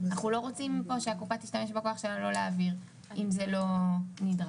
אנחנו לא רוצים שהקופה תשתמש בכוח שלה לא להעביר אם זה לא נדרש.